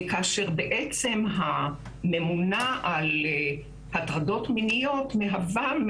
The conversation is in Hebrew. בעצם הממונה על הטרדות מיניות מהווה,